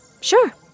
Sure